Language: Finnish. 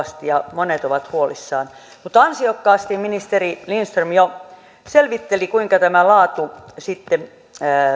ja josta monet ovat huolissaan mutta ansiokkaasti ministeri lindström jo selvitteli kuinka tämä laatu sitten